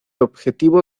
objetivo